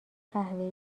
قهوه